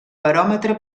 baròmetre